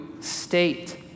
state